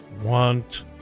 want